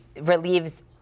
relieves